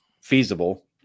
feasible